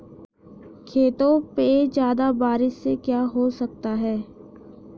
खेतों पे ज्यादा बारिश से क्या हो सकता है?